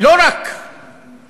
לא רק בירושלים,